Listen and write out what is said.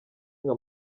nka